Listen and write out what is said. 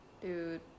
Dude